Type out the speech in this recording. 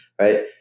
right